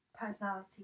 personality